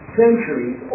centuries